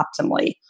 optimally